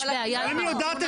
רמ"י יודעת את זה.